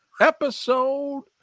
episode